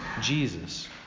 Jesus